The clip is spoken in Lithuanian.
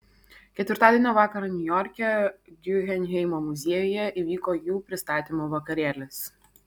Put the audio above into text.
ketvirtadienio vakarą niujorke guggenheimo muziejuje įvyko jų pristatymo vakarėlis